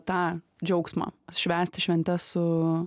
tą džiaugsmą švęsti šventes su